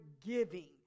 giving